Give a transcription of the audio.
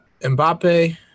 Mbappe